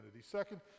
second